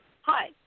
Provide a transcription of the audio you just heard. hi